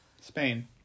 Spain